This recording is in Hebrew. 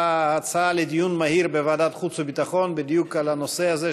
אתמול הצעה לדיון מהיר בוועדת החוץ והביטחון בדיוק על הנושא הזה,